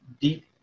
deep